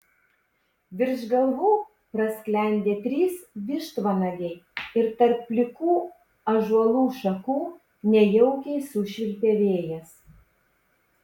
virš galvų prasklendė trys vištvanagiai ir tarp plikų ąžuolų šakų nejaukiai sušvilpė vėjas